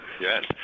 Yes